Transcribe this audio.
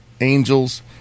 angels